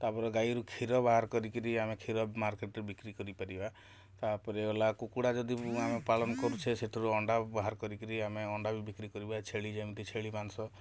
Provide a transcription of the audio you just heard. ତା'ପରେ ଗାଈରୁ କ୍ଷୀର ବାହାର କରିକିରି ଆମେ କ୍ଷୀର ମାର୍କେଟରେ ବିକ୍ରି କରିପାରିବା ତା'ପରେ ଗଲା କୁକୁଡ଼ା ଯଦି ଆମେ ପାଳନ କରୁଛେ ସେଥିରୁ ଅଣ୍ଡା ବାହାର କରିକିରି ଆମେ ଅଣ୍ଡା ବି ବିକ୍ରି କରିବା ଛେଳି ଯେମିତି ଛେଳି ମାଂସ